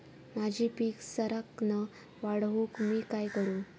माझी पीक सराक्कन वाढूक मी काय करू?